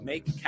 Make